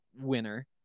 winner